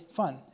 fun